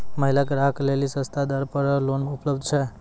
महिला ग्राहक लेली सस्ता दर पर लोन उपलब्ध छै?